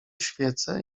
świecę